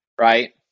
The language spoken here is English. right